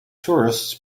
tourists